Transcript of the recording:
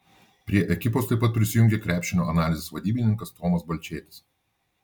prie ekipos taip pat prisijungė krepšinio analizės vadybininkas tomas balčėtis